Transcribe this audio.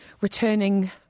returning